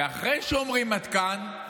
ואחרי שאומרים: עד כאן,